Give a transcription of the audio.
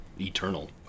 eternal